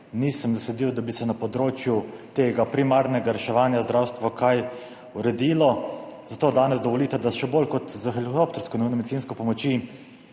nisem zasledil, da bi se na področju tega primarnega reševanja, zdravstva kaj uredilo. Zato danes dovolite, da še bolj kot na helikoptersko nujno medicinsko pomoč